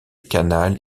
canal